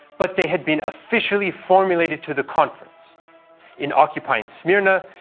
but they had been officially formulated to the conference in occupying smyrna,